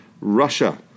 Russia